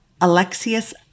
Alexius